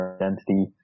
identity